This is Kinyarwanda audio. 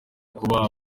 kuba